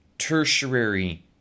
tertiary